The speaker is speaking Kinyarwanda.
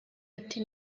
ati